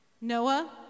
Noah